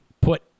put